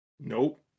nope